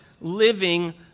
living